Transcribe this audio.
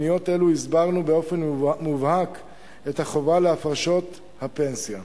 בפניות אלה הסברנו באופן מובהק את החובה של הפרשות לפנסיה.